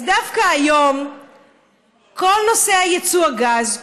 אז דווקא היום כל נושא יצוא הגז,